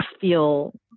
feel